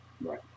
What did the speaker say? right